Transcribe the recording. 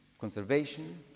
conservation